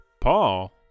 Paul